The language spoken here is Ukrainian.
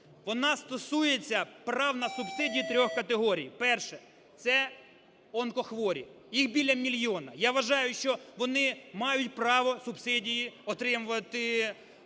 Вона стосується прав на субсидії трьох категорій. Перше – це онкохворі, їх біля мільйона. Я вважаю, що вони мають право субсидії отримувати